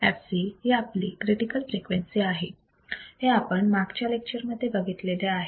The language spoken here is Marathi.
fc ही आपली आपली क्रिटिकल फ्रिक्वेन्सी आहे हे आपण मागच्या लेक्चर मध्ये बघितलेले आहे